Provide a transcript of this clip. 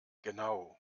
genau